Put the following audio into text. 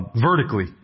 vertically